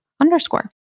underscore